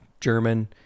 German